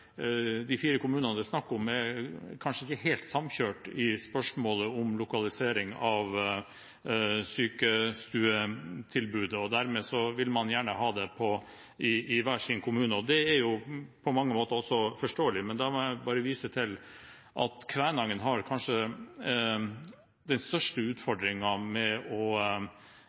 de fire kommunene det er snakk om, kanskje ikke er helt samkjørte i spørsmålet om lokalisering av sykestuetilbudet, og dermed vil man gjerne ha det i hver sin kommune. Det er på mange måter forståelig, men da må jeg bare vise til at Kvænangen kanskje har den største